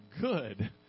good